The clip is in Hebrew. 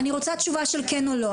אני רוצה תשובה של כן או לא.